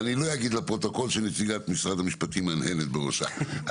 ואני לא אגיד לפרוטוקול שנציגת משרד המשפטים מהנהנת בראשה.